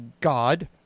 god